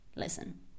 Listen